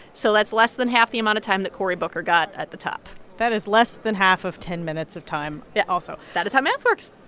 so that's less than half the amount of time that cory booker got at the top that is less than half of ten minutes of time also that is how math works